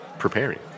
Preparing